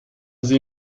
sie